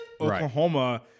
Oklahoma